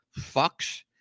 fucks